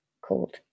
called